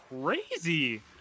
crazy